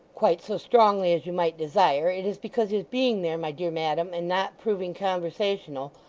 quite so strongly as you might desire, it is because his being there, my dear madam, and not proving conversational,